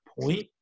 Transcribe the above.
point